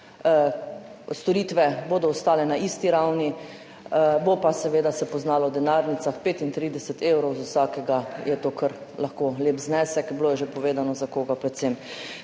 Storitve bodo ostale na isti ravni, se bo pa seveda poznalo v denarnicah, 35 evrov za vsakega, to je lahko kar lep znesek, bilo je že povedano, za koga predvsem.